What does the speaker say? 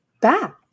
back